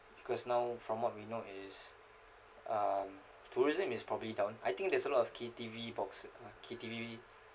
because now from what we know is um tourism is probably down I think there's a lot of K_T_V box ah K_T_V